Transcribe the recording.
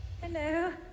Hello